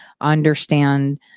understand